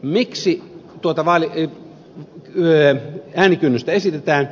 miksi tuota äänikynnystä esitetään